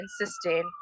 insisting